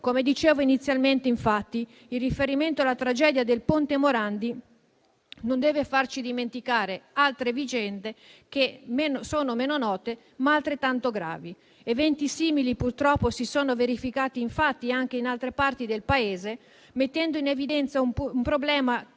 Come dicevo inizialmente, infatti, il riferimento alla tragedia del ponte Morandi non deve farci dimenticare altre vicende che sono meno note, ma altrettanto gravi. Eventi simili, purtroppo, si sono verificati infatti anche in altre parti del Paese, mettendo in evidenza un problema